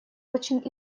очень